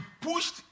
pushed